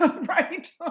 Right